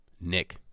Nick